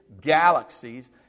galaxies